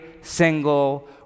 single